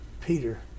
Peter